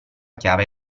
chiave